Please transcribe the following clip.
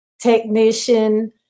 technician